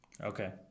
okay